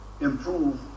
improve